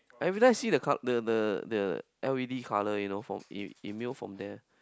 I every time see the cloud the the the L_E_D color you know for immune from there